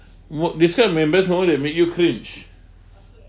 mo~ describe an embarrassed moment that made you cringe